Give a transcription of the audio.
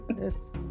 Yes